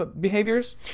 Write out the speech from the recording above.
behaviors